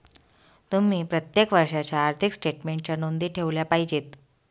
तुम्ही प्रत्येक वर्षाच्या आर्थिक स्टेटमेन्टच्या नोंदी ठेवल्या पाहिजेत